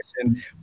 question